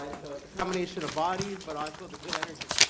and so it's a combination of bodies, but also the good energy